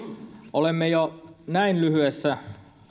olemme jo näin lyhyessä